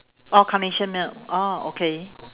oh carnation milk oh okay